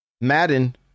Madden